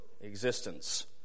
existence